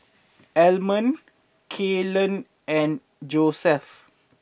Almon Kaylen and Josef